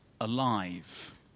alive